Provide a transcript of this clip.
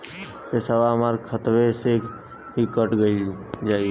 पेसावा हमरा खतवे से ही कट जाई?